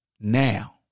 now